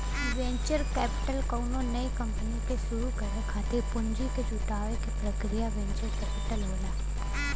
venture capital कउनो नई company के शुरू करे खातिर पूंजी क जुटावे क प्रक्रिया वेंचर कैपिटल होला